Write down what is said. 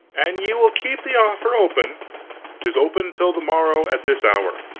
an ye will keep the offer open tis open till the morrow at this hour.